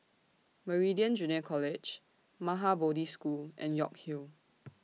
Meridian Junior College Maha Bodhi School and York Hill